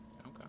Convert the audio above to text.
Okay